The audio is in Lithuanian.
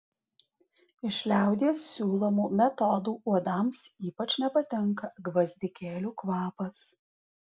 iš liaudies siūlomų metodų uodams ypač nepatinka gvazdikėlių kvapas